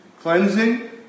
Cleansing